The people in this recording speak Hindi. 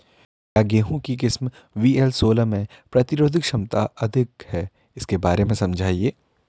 क्या गेहूँ की किस्म वी.एल सोलह में प्रतिरोधक क्षमता अधिक है इसके बारे में समझाइये?